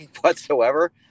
whatsoever